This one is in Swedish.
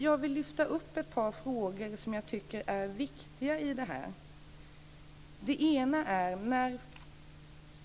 Jag vill lyfta upp ett par frågor som jag tycker är viktiga.